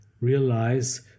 realize